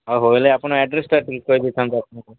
ହଉ ହେଲେ ଆପଣ ଆଡ଼୍ରେସଟା ଟିକେ କହି ଦେଇଥାଆନ୍ତୁ ଆପଣଙ୍କର